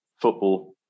football